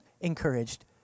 encouraged